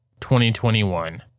2021